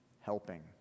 helping